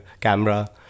camera